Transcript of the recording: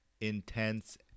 intense